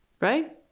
Right